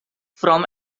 from